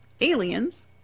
aliens